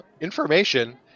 information